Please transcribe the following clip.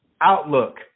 outlook